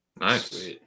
nice